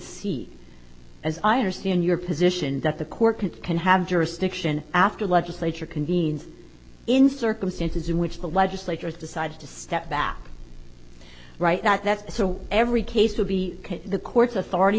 seat as i understand your position that the court can can have jurisdiction after legislature convenes in circumstances in which the legislature has decided to step back right that that's so every case will be the court's authority